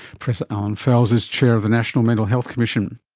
professor allan fels is chair of the national mental health commission